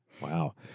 wow